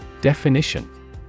Definition